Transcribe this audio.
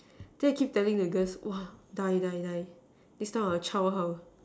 see I keep telling the girls !wah! die die die this kind of child how